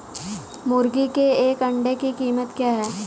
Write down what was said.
मुर्गी के एक अंडे की कीमत क्या है?